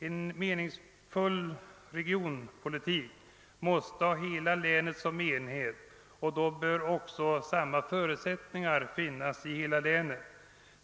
En meningsfull regionpolitik måste ha hela länet som enhet, och då bör också samma förutsättningar finnas inom detta.